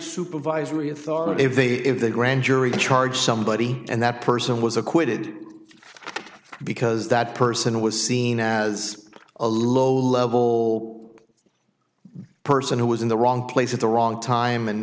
supervisory authority if the grand jury charge somebody and that person was acquitted because that person was seen as a low level person who was in the wrong place at the wrong time and